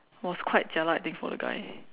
was quite jialat I think for the guy